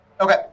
Okay